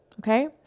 Okay